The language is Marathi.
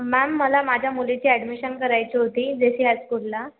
मॅम मला माझ्या मुलीची ॲडमिशन करायची होती देसी हायस्कूला